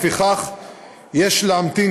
לפיכך יש להמתין,